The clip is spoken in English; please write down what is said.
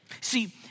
See